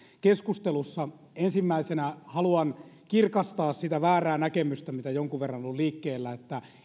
keskustelussa ensimmäisenä haluan kirkastaa sitä väärää näkemystä mitä jonkun verran on ollut liikkeellä että